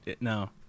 no